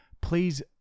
please